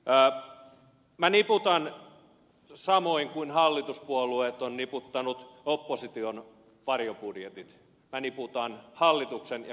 minä niputan samoin kuin hallituspuolueet ovat niputtaneet opposition varjobudjetit hallituksen ja keskustan budjetit